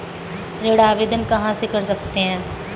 ऋण आवेदन कहां से कर सकते हैं?